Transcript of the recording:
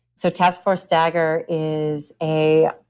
so, task force dagger is a